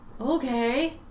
Okay